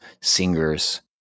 singers